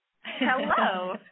Hello